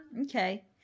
Okay